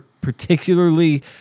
particularly